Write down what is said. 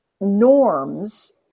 norms